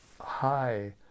high